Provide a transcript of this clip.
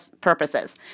purposes